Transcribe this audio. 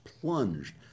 plunged